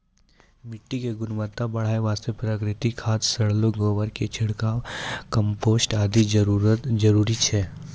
मिट्टी के गुणवत्ता बढ़ाय वास्तॅ प्राकृतिक खाद, सड़लो गोबर के छिड़काव, कंपोस्ट आदि जरूरी छै